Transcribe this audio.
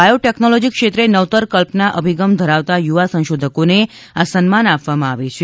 biotechnology ક્ષેત્રે નવતર કલ્પના અભિગમ ધરાવતા યુવા સંશોધકોને આ સન્માન આપવામાં આવે છે